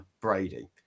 Brady